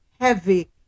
heavy